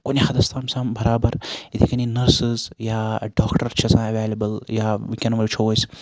کُنہِ حَدَس تام چھُ آسان بَرابَر یِتھے کٔنی نرسِز یا ڈاکٹَر چھ آسان ایویلیبل یا وٕنکٮ۪ن وٕچھو أسۍ